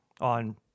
on